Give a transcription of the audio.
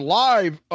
live